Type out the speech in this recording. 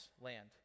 land